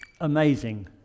amazing